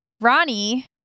Ronnie